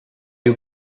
you